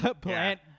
plant